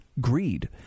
greed